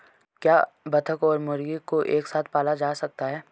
क्या बत्तख और मुर्गी को एक साथ पाला जा सकता है?